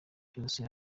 byose